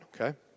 okay